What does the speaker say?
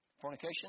Fornication